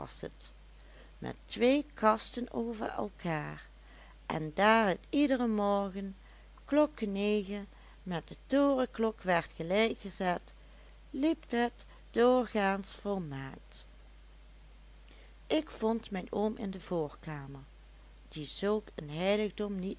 met twee kasten over elkaar en daar het iederen morgen klokke negen met de torenklok werd gelijkgezet liep het doorgaans volmaakt ik vond mijn oom in de voorkamer die zulk een heiligdom